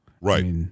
right